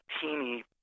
teeny